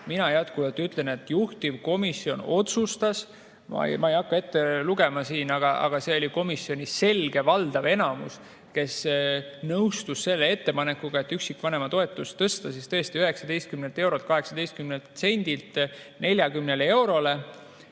mina jätkuvalt ütlen, et juhtivkomisjon otsustas – ma ei hakka ette lugema, aga see oli komisjonis selgelt valdav enamus, kes nõustus selle ettepanekuga –, et üksikvanema toetust tuleb tõsta 19 eurolt 18 sendilt 40 eurole.